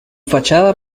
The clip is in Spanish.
fachada